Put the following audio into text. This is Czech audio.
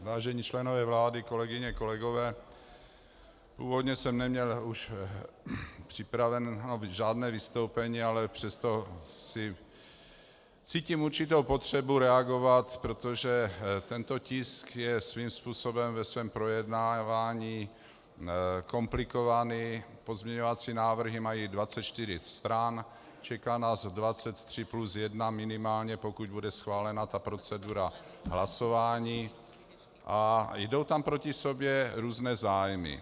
Vážení členové vlády, kolegyně, kolegové, původně jsem neměl už připraveno žádné vystoupení, ale přesto cítím určitou potřebu reagovat, protože tento tisk je svým způsobem ve svém projednávání komplikovaný, pozměňovací návrhy mají 24 stran, čeká nás 23 plus 1 minimálně, pokud bude schválena ta procedura, hlasování a jdou tam proti sobě různé zájmy.